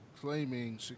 claiming